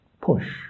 push